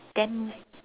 then